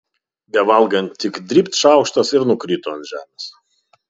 bevalgant tik dribt šaukštas ir nukrito ant žemės